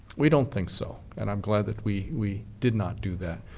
we don't think so. and i'm glad that we we did not do that.